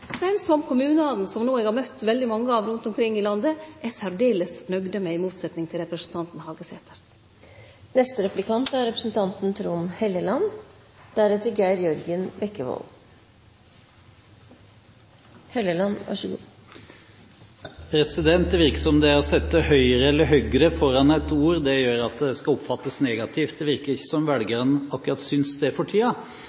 men som kommunane, som eg no har besøkt mange av rundt omkring i landet, er særdeles nøgde med, i motsetnad til representanten Hagesæter. Det virker som det å sette høyre – eller «høgre» – foran et ord gjør at det skal oppfattes negativt. Det virker ikke som